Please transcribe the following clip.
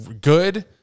good